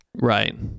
right